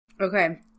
Okay